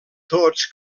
tots